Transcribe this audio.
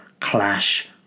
clash